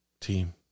team